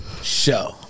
Show